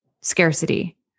scarcity